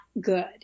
good